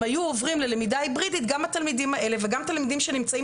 אם היו עוברים ללמידה היברידית גם התלמידים האלה וגם תלמידים שנמצאים